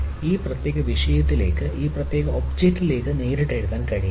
ഈ പ്രത്യേക വിഷയത്തിലേക്ക് ഈ പ്രത്യേക ഒബ്ജക്റ്റിലേക്ക് എഴുതാൻ കഴിയില്ല